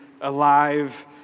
alive